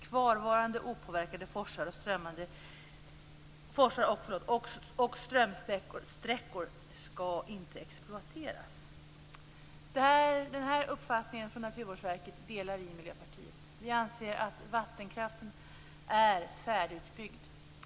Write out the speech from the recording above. Kvarvarande opåverkade forsar och strömsträckor skall inte exploateras. Den här uppfattningen från Naturvårdsverket delar vi i Miljöpartiet. Vi anser att vattenkraften är färdigutbyggd.